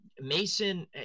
Mason